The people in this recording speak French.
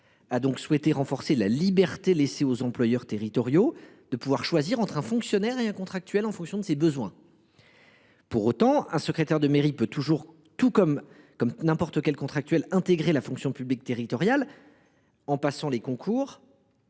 a donc souhaité renforcer la liberté laissée aux employeurs territoriaux de choisir entre un fonctionnaire et un contractuel, en fonction de leurs besoins. Pour autant, un secrétaire de mairie peut toujours, comme n’importe quel contractuel, intégrer la fonction publique territoriale en passant les concours,